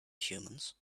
humans